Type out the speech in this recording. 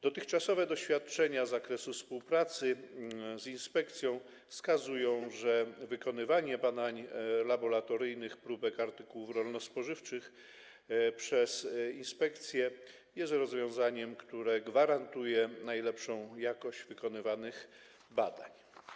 Dotychczasowe doświadczenia z zakresu współpracy z inspekcją wskazują, że wykonywanie badań laboratoryjnych próbek artykułów rolno-spożywczych przez inspekcję jest rozwiązaniem, które gwarantuje najlepszą jakość wykonywanych badań.